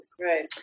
Right